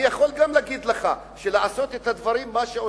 אני יכול גם להגיד לך שלעשות את הדברים שעושים,